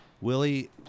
Willie